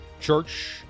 church